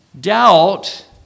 Doubt